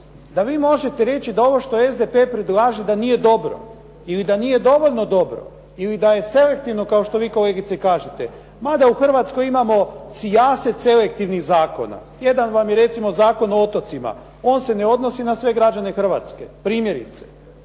da vi možete reći da ovo što SDP predlaže da nije dobro, ili da nije dovoljno dobro, ili da je selektivno kao što vi kolegice kažete. Mada u Hrvatskoj imamo sijaset selektivnih zakona. Jedan vam je recimo Zakon o otocima. On se ne odnosi na sve građane Hrvatske, dakle imamo